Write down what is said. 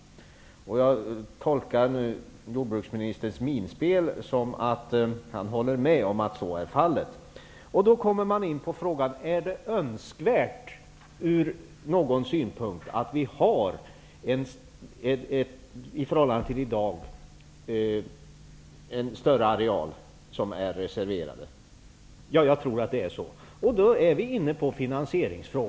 Jag tolkar nu jordbruksministerns minspel som att han håller med om att så är fallet. Då kommer man in på frågan: Är det ur någon synpunkt önskvärt att vi har en större areal som är reserverad, i förhållande till hur det är i dag? Jag tror det. Då är vi inne på finansieringsfrågan.